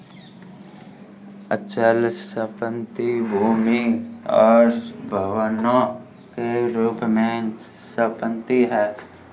अचल संपत्ति भूमि और भवनों के रूप में संपत्ति है